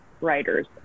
writers